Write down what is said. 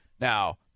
Now